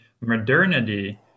modernity